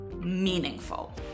meaningful